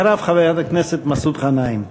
אחריו, חבר הכנסת מסעוד גנאים.